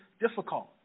difficult